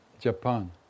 Japan